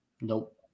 Nope